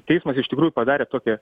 teismas iš tikrųjų padarė tokią